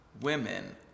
women